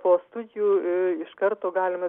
po studijų iš karto galima